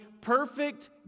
perfect